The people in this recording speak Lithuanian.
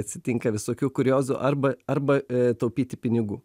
atsitinka visokių kuriozų arba arba taupyti pinigų